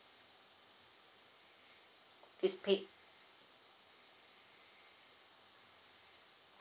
it's paid